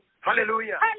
Hallelujah